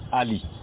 ali